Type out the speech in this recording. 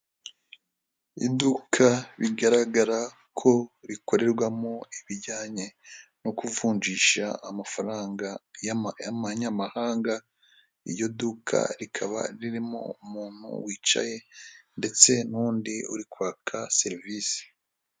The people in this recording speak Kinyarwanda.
Iduka bigaragara ko rikorerwamo ibijyanye no kuvunjisha amafaranga y'amanyamahanga, iryo duka rikaba ririmo umuntu wicaye ndetse n'undi uri kwaka serivisi.